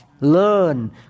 Learn